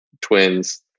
twins